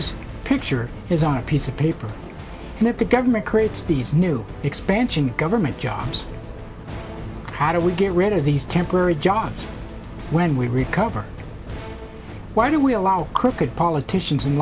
e picture is on a piece of paper and if the government creates these new expansion of government jobs how do we get rid of these temporary jobs when we recover why do we allow crooked politicians and